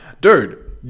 Dude